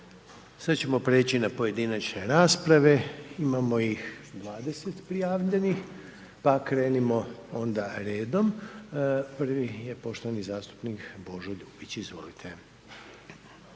Sad ćemo preći na pojedinačne rasprave, imamo iz 20 prijavljenih, pa krenimo onda redom. Prvi je poštovani zastupnik Božo Ljubić, izvolite.